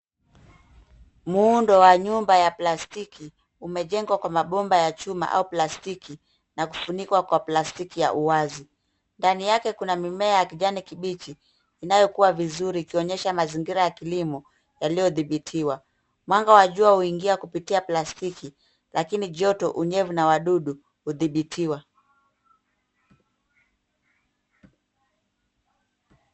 Muundo wa nyumba ya plastiki umejengwa kwa mabomba ya chuma au plastiki na kufunikwa kwa plastiki ya uwazi. Ndani yake kuna mimea ya kijani kibichi inayokua vizuri ikionyesha mazingira ya kilimo yaliyodhibitiwa. Mwanga wa jua huingia kupitia plastiki lakini joto, unyevu, na wadudu hudhibitiwa.